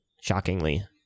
shockingly